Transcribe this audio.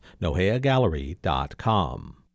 NoheaGallery.com